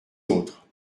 autres